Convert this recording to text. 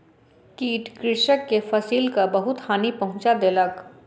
कीट कृषक के फसिलक बहुत हानि पहुँचा देलक